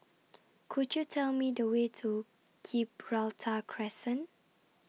Could YOU Tell Me The Way to Gibraltar Crescent